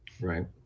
Right